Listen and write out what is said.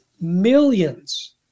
millions